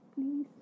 Please